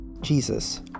jesus